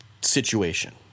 situation